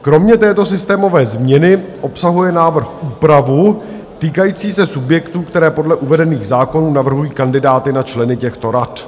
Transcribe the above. Kromě této systémové změny obsahuje návrh úpravu týkající se subjektů, které podle uvedených zákonů navrhují kandidáty na členy těchto rad.